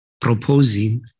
proposing